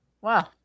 Wow